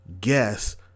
guess